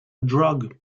drug